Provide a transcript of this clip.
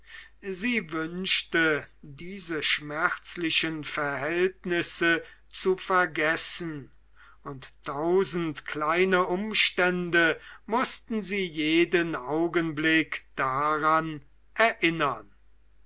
sie wünschte diese schmerzlichen verhältnisse zu vergessen und tausend kleine umstände mußten sie jeden augenblick daran erinnern